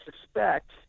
suspect